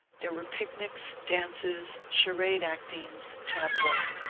there were picnics, dances, charade-actings, tableaux.